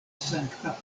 sankta